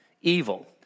evil